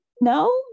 no